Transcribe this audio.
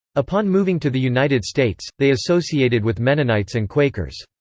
upon moving to the united states, they associated with mennonites and quakers.